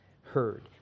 heard